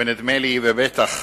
ונדמה לי, וודאי